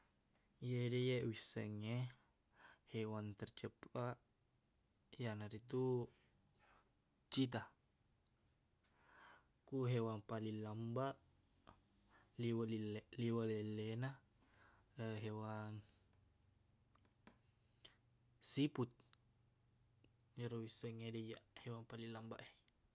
Iyede iye wissengnge hewan tercepaq, iyanaritu cheetah. Ku hewan paling lambaq, liweq lilleq- lleleqna, hewan siput. Ero wissengngede iyaq hewan paling lambaq e.